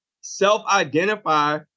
self-identify